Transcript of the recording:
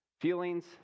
feelings